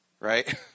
right